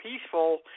peaceful